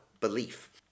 belief